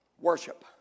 Worship